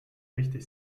richtig